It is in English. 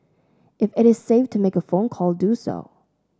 if it is safe to make a phone call do so